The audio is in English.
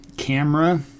camera